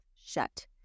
shut